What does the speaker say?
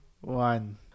one